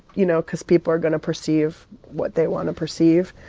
you know, cause people are going to perceive what they want to perceive.